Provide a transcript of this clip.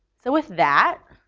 so with that,